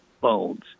bones